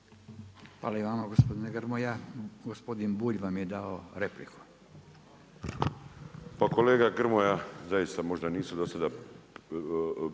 Hvala i vama gospodine Grmoja. Gospodin Bulj vam je dao repliku. **Bulj, Miro (MOST)** Pa kolega Grmoja, zaista možda nisu možda